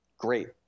Great